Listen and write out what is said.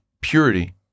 purity